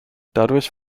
dadurch